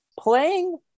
Playing